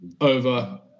over